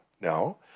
No